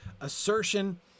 assertion